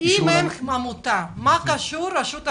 --- אם הם עמותה, מה קשור רשות החברות?